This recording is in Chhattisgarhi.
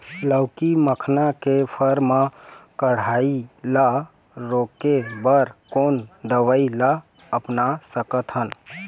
लाउकी मखना के फर मा कढ़ाई ला रोके बर कोन दवई ला अपना सकथन?